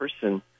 person